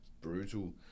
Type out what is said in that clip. brutal